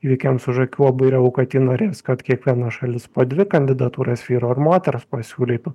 įvykiams už akių labai realu kad ji norės kad kiekviena šalis po dvi kandidatūras vyro ir moters pasiūlytų